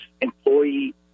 employee